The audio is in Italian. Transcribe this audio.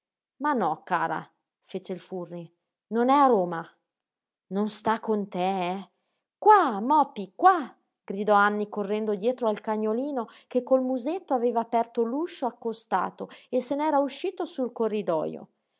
ma no cara fece il furri non è a roma non sta con te qua mopy qua gridò anny correndo dietro al cagnolino che col musetto aveva aperto l'uscio accostato e se n'era uscito sul corridoio